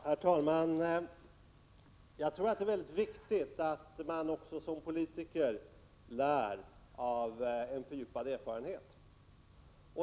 Herr talman! Jag tror att det är viktigt att man också som politiker lär av en fördjupad erfarenhet.